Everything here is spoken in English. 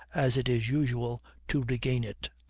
as it is usual to regain it.